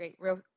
great